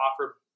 offer